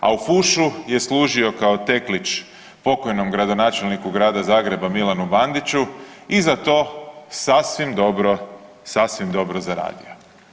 A u fušu je služio kao teklić pokojnom gradonačelniku Grada Zagreba Milanu Bandiću i za to sasvim dobro, sasvim dobro zaradio.